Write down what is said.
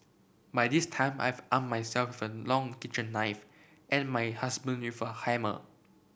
by this time I've armed myself with a long kitchen knife and my husband with a hammer